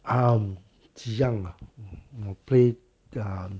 um 几样啦我 play um